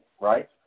right